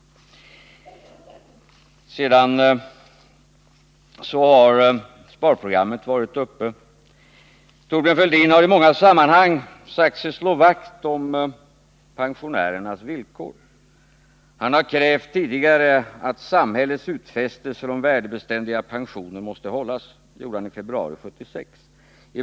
Sparprogrammen har också varit uppe till debatt. Thorbjörn Fälldin har i många sammanhang sagt sig slå vakt om pensionärernas villkor. Han har tidigare krävt att samhällets utfästelser om värdebeständiga pensioner måste hållas. Det gjorde han i februari 1976.